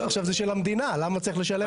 עכשיו, זה של המדינה, למה הוא צריך לשלם את זה?